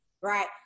right